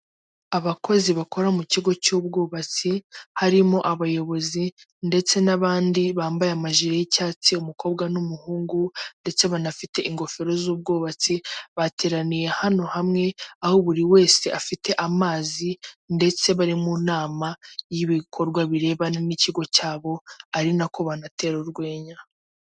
Abakozi bakora mu kigo cy'ubwubatsi harimo abayobozi ndetse n'abandi bambaye amajiri y'icyatsi, umukobwa n'umuhungu. Ndetse banafite ingofero z'ubwubatsi bateraniye hano hamwe, aho buri wese afite amazi, ndetse bari mu nama y'ibikorwa birebana n'ikigo cyabo, ari nako banatera urwenya.